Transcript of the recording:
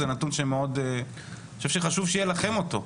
זה נתון שחשוב שיהיה לכם אותו,